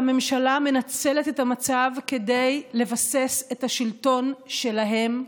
והממשלה מנצלת את המצב כדי לבסס את השלטון שלהם,